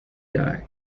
guy